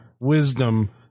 wisdom